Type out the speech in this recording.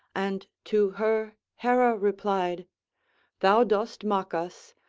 and to her hera replied thou dost mock us,